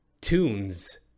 tunes